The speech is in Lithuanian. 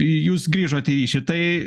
jūs grįžot į ryšį tai